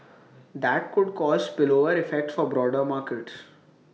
that could cause spillover effects for broader markets